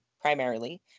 primarily